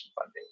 funding